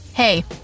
Hey